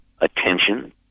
attention